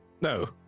No